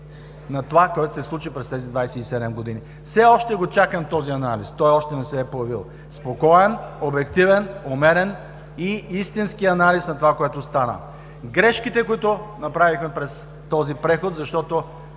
на това, което се случи през тези 27 години. Все още го чакам този анализ, той още не се е появил – спокоен, обективен, умерен и истински анализ на това, което стана. Грешките, които направихме през този преход, защото